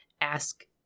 ask